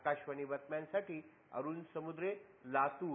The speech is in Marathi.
आकाशवाणी बातम्यांसाठी अरुण समुद्रे लातूर